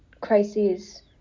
crises